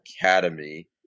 Academy